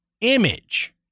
image